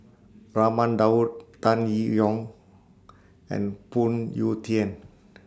Raman Daud Tan Yee Hong and Phoon Yew Tien